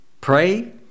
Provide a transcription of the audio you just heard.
pray